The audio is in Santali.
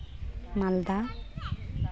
ᱢᱟᱞᱫᱟ